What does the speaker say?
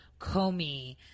Comey